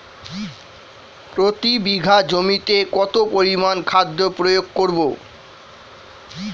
প্রতি বিঘা জমিতে কত পরিমান খাদ্য প্রয়োগ করব?